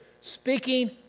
speaking